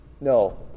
No